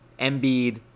Embiid